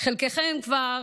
חלקכם כבר,